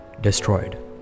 destroyed